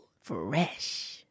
fresh